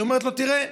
היא אומרת לו: תראה,